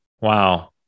Wow